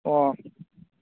ꯑꯣ